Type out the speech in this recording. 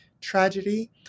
tragedy